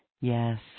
yes